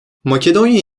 makedonya